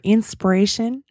Inspiration